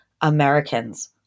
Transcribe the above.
Americans